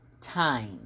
time